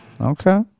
Okay